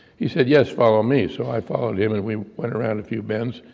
he said, yes follow me. so i followed him, and we went around a few bends,